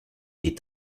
est